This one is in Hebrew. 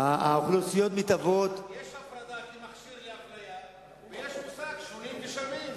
יש הפרדה כמכשיר לאפליה, ויש מושג שונים ושווים.